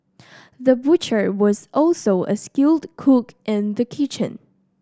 the butcher was also a skilled cook in the kitchen